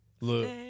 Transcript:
Look